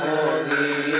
Holy